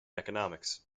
economics